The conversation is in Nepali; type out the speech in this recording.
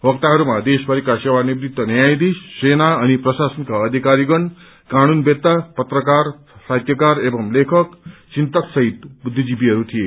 वक्ताहरूमा देशभरिका सेवानिवृत्त न्यायाधीश सेना अनि प्रशासनका अधिकारीगण कानूनवेत्ता पत्रकार साहित्यकार एवं लेखक चिन्तकसहित बुद्धिजिवीहरू थिए